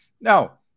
Now